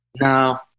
no